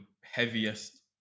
heaviest